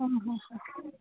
હં હં